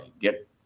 get